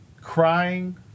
crying